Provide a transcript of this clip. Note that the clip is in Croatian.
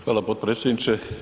Hvala potpredsjedniče.